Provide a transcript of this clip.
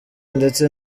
ndetse